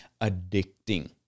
addicting